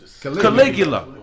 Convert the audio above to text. Caligula